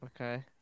Okay